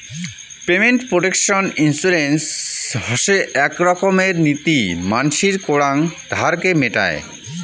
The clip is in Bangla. পেমেন্ট প্রটেকশন ইন্সুরেন্স হসে আক রকমের নীতি মানসির করাং ধারকে মেটায়